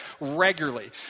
regularly